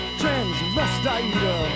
transvestite